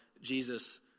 Jesus